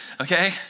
okay